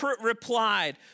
replied